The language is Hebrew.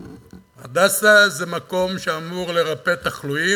"הדסה" זה מקום שאמור לרפא תחלואים,